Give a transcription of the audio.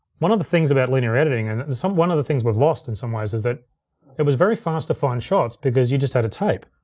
one of the things about linear editing, and some one of the things we've lost in some ways is that it was very fast to find shots, because you just had a tape.